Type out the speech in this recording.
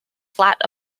flat